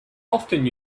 often